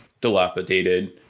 dilapidated